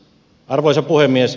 arvoisa puhemies